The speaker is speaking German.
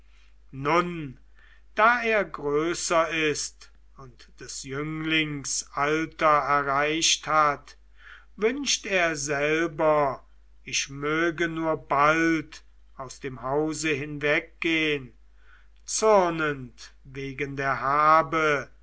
nun da er größer ist und des jünglings alter erreicht hat wünscht er selber ich möge nur bald aus dem hause hinweggehn zürnend wegen der habe